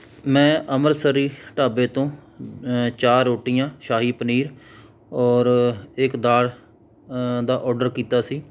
ਮੈਂ ਅੰਮ੍ਰਿਤਸਰੀ ਢਾਬੇ ਤੋਂ ਚਾਰ ਰੋਟੀਆਂ ਸ਼ਾਹੀ ਪਨੀਰ ਔਰ ਇੱਕ ਦਾਲ ਦਾ ਓਡਰ ਕੀਤਾ ਸੀ